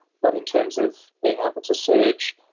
but in terms of being able to surge,